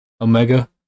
Omega